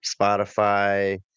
Spotify